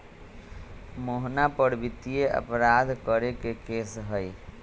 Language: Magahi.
मोहना पर वित्तीय अपराध करे के केस हई